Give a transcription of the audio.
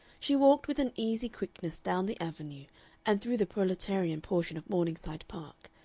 she walked with an easy quickness down the avenue and through the proletarian portion of morningside park,